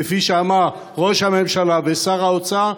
כפי שאמרו ראש הממשלה ושר האוצר,